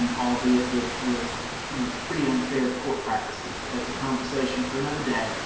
um albeit with, with you know, pretty unfair court practices, but that's a conversation for another day.